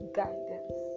guidance